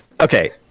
okay